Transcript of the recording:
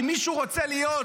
אם מישהו רוצה להיות,